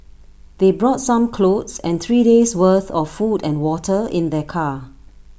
they brought some clothes and three days' worth of food and water in their car